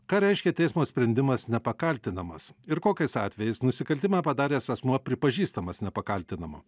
ką reiškia teismo sprendimas nepakaltinamas ir kokiais atvejais nusikaltimą padaręs asmuo pripažįstamas nepakaltinamu